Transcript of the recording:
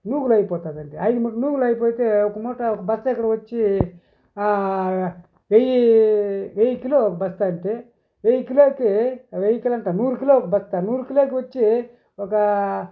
నూగులు అయిపోతాదండీ అయిదు మూటలు నుగులు అయిపోతే ఒక మూట బస్తాకి వచ్చి వెయ్యి వెయ్యి కిలోలు ఒక బస్తా అంటే వెయ్యి కిలోలకి వెయ్యి కిలోలు అంటే నూరు కిలోలు బస్తా అంటే నూరు కిలోలకి వచ్చి ఒక